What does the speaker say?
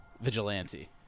vigilante